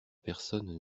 personne